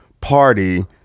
party